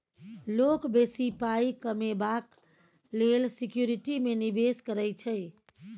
लोक बेसी पाइ कमेबाक लेल सिक्युरिटी मे निबेश करै छै